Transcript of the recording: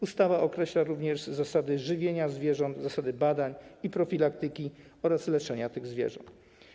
Ustawa określa również zasady żywienia zwierząt, badań i profilaktyki oraz leczenia tych zwierząt.